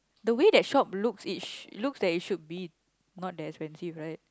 the way that shop looks it sh~ looks that it should be not that expensive right